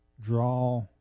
draw